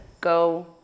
go